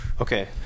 okay